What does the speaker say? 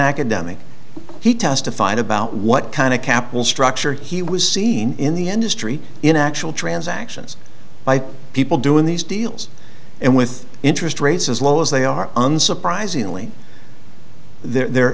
academic he testified about what kind of capital structure he was seen in the industry in actual transactions by people doing these deals and with interest rates as low as they are unsurprisingly they're